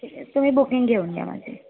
ठीक आहे तुम्ही बुकिंग घेऊन घ्या माझी